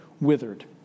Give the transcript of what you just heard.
withered